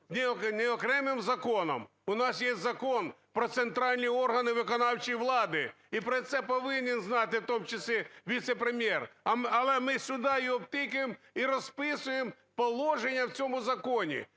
не окремим законом. У нас є Закон "Про центральні органи виконавчої влади" і про це повинен знати у тому числі віце-прем'єр, але ми сюди його тикаємо і розписуємо положення в цьому законі.